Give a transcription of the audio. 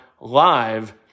live